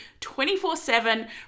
24-7